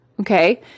Okay